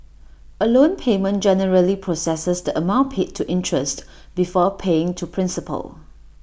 A loan payment generally processes the amount paid to interest before paying to principal